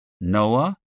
Noah